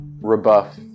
rebuff